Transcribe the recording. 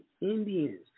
Indians